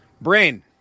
Brain